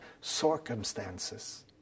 circumstances